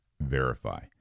verify